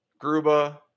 Gruba